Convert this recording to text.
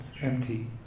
empty